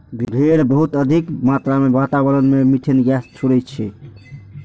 भेड़ बहुत अधिक मात्रा मे वातावरण मे मिथेन गैस छोड़ै छै